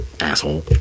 asshole